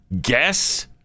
guess